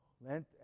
Lent